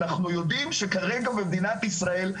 אנחנו יודעים שכרגע במדינת ישראל,